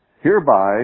Hereby